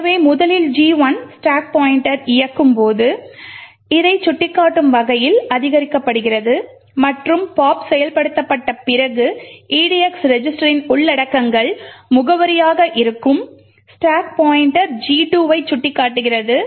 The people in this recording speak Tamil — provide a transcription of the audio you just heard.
எனவே முதலில் G 1 ஸ்டாக் பாய்ண்ட்டரை இயக்கும் போது இதை சுட்டிக்காட்டும் வகையில் அதிகரிக்கப்படுகிறது மற்றும் pop செயல்படுத்தப்பட்ட பிறகு edx ரெஜிஸ்டரின் உள்ளடக்கங்கள் முகவரியாக இருக்கும் ஸ்டாக் பாய்ண்ட்டர் G 2 ஐ சுட்டிக்காட்டுகிறது